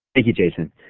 thank you, jason.